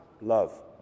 love